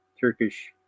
Turkish